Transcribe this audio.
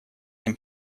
ним